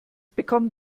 bekommen